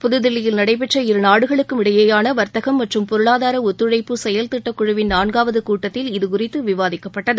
புதுதில்லியில் நடைபெற்ற இருநாடுகளுக்கும் இடையேயாள வர்த்தகம் மற்றும் பொருளாதார ஒத்துழைப்பு செயல்திட்டக்குழுவின் நான்காவது கூட்டத்தில் இது குறித்து விவாதிக்கப்பட்டது